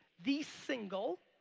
the single,